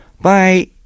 Bye